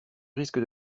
risques